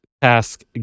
task